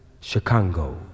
Chicago